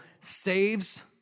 saves